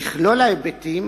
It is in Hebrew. מכלול ההיבטים"